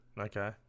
Okay